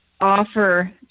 offer